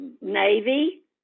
Navy